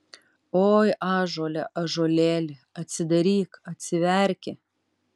oi ąžuole ąžuolėli atsidaryk atsiverki